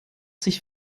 sich